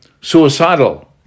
suicidal